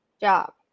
job